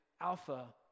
Alpha